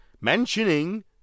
mentioning